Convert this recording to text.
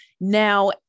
Now